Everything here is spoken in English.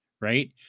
Right